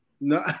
No